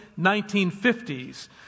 1950s